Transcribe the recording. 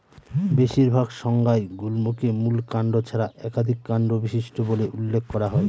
বেশিরভাগ সংজ্ঞায় গুল্মকে মূল কাণ্ড ছাড়া একাধিক কাণ্ড বিশিষ্ট বলে উল্লেখ করা হয়